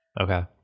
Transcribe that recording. okay